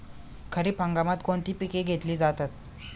खरीप हंगामात कोणती पिके घेतली जातात?